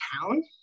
town